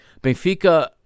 Benfica